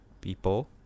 people